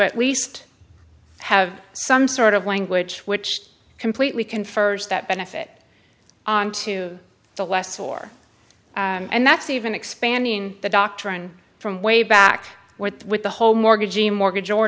at least have some sort of language which completely confers that benefit onto the last four and that's even expanding the doctrine from way back with with the whole mortgage the mortgage or